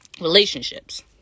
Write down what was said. relationships